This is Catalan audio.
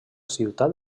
ciutat